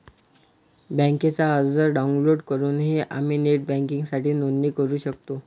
बँकेचा अर्ज डाउनलोड करूनही आम्ही नेट बँकिंगसाठी नोंदणी करू शकतो